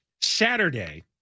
Saturday